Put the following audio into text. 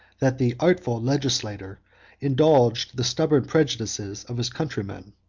that the artful legislator indulged the stubborn prejudices of his countrymen.